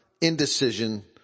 indecision